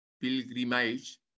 pilgrimage